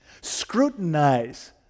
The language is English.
Scrutinize